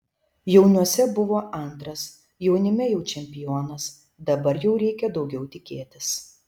jauniuose buvau antras jaunime jau čempionas dabar jau reikia daugiau tikėtis